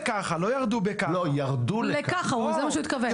לכו תתרשמו.